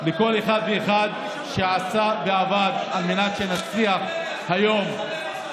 לכל אחד ואחד שעשה ועבד על מנת שנצליח להיום